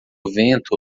vento